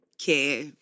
care